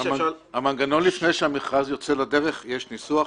למנגנון לפני שהמכרז יוצא לדרך יש ניסוח: